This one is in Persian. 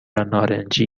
نارنجی